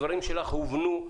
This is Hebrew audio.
הדברים שלך הובנו,